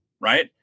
right